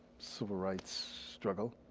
civil rights struggle.